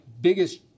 biggest